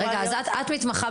משתכרים יותר.